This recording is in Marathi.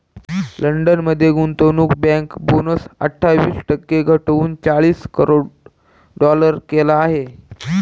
लंडन मध्ये गुंतवणूक बँक बोनस अठ्ठावीस टक्के घटवून चाळीस करोड डॉलर केला आहे